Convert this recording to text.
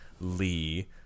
Lee